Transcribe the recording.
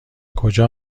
کجا